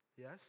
Yes